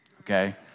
Okay